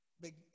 big